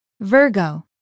Virgo